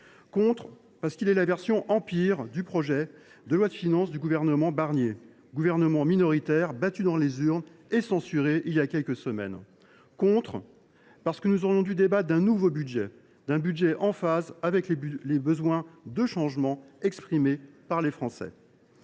contre, parce que ce texte reprend, mais en pire, le projet de loi de finances du gouvernement Barnier, gouvernement minoritaire, battu dans les urnes et censuré voilà quelques semaines. Nous voterons contre, parce que nous aurions dû débattre d’un nouveau budget, d’un budget en phase avec les besoins de changement exprimés par les Français.